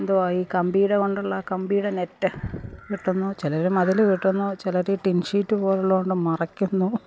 എന്തുവ ഈ കമ്പി ഇഴ കൊണ്ടുള്ള കമ്പിയുടെ നെറ്റ് കെട്ടുന്നു ചിലര് മതിൽ കെട്ടുന്നു ചിലര് ടിൻ ഷീറ്റ് പോലുള്ളത് കൊണ്ട് മറയ്ക്കുന്നു